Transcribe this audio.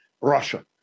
Russia